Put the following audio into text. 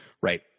Right